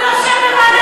הוא יושב בוועדת